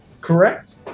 Correct